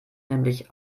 nämlich